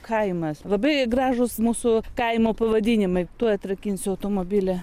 kaimas labai gražūs mūsų kaimų pavadinimai tuoj atrakinsiu automobilį